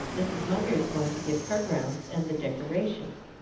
mrs. munger is going to give her grounds and the decorations,